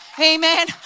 Amen